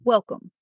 Welcome